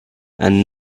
and